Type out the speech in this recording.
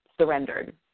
surrendered